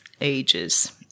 ages